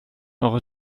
eure